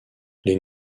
les